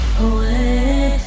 away